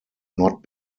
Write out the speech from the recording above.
not